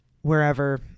Wherever